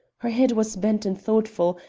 her head was bent and thoughtful,